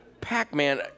Pac-Man